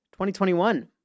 2021